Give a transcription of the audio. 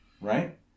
right